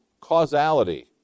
causality